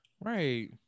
right